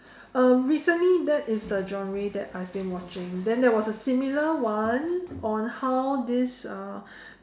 um recently that is the genre that I have been watching then there was a similar one on how this uh